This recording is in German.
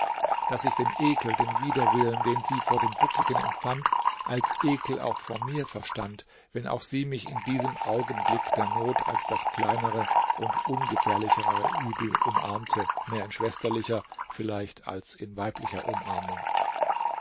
daß ich den ekel den widerwillen den sie vor dem buckligen empfand als ekel auch vor mir verstand wenn auch sie mich in diesem augenblick der not als das kleinere und ungefährlichere übel umarmte mehr in schwesterlicher vielleicht als in weiblicher umarmung